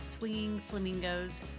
swingingflamingos